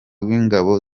w’ingabo